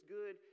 good